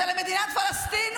והוא מדינת פלסטין,